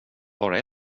bara